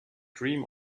dream